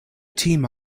team